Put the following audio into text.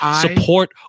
Support